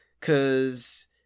Cause